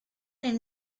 nel